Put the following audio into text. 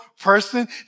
person